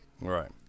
Right